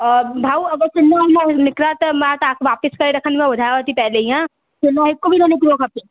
भाऊ अगरि किलो अंब न निकिता त मां तव्हांखे वापिसि करे रखंदीमाव ॿुधायव थी पहिले ई हा पोइ मां हिकु बि निकिरो खपे